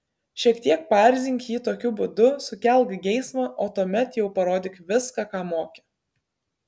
šiek tiek paerzink jį tokiu būdu sukelk geismą o tuomet jau parodyk viską ką moki